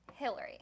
Hillary